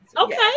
Okay